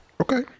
okay